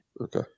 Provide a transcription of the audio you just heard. Okay